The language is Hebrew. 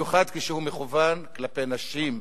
במיוחד כשהוא מכוון כלפי נשים.